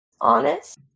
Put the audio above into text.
honest